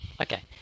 Okay